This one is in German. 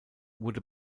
wurde